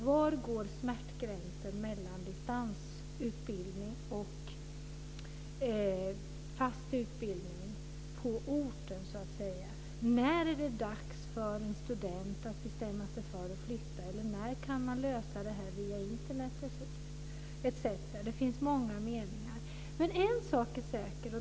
Var går smärtgränsen mellan distansutbildning och fast utbildning på orten? När är det dags för en student att bestämma sig för att flytta? När kan man lösa det här via Internet? Det finns många meningar om detta, men en sak är säker.